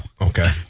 Okay